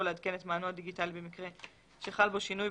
לעדכן את מענו הדיגיטלי במקרה שחל בו שינוי,